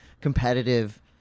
competitive